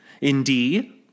Indeed